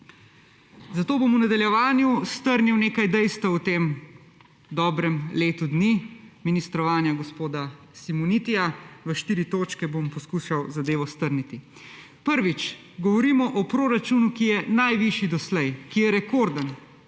Zato bom v nadaljevanju strnil nekaj dejstev o tem dobrem letu dni ministrovanja gospoda Simonitija, v štiri točke bom poskušal zadevo strniti. Prvič. Govorimo o proračunu, ki je najvišji doslej, ki je rekorden,